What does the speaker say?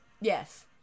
yes